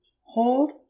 Hold